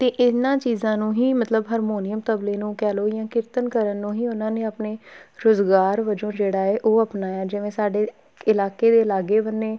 ਅਤੇ ਇਹਨਾਂ ਚੀਜ਼ਾਂ ਨੂੰ ਹੀ ਮਤਲਬ ਹਰਮੋਨੀਅਮ ਤਬਲੇ ਨੂੰ ਕਹਿ ਲਓ ਜਾਂ ਕੀਰਤਨ ਕਰਨ ਨੂੰ ਹੀ ਉਹਨਾਂ ਨੇ ਆਪਣੇ ਰੁਜ਼ਗਾਰ ਵਜੋਂ ਜਿਹੜਾ ਹੈ ਉਹ ਅਪਣਾਇਆ ਜਿਵੇਂ ਸਾਡੇ ਇਲਾਕੇ ਦੇ ਲਾਗੇ ਬੰਨੇ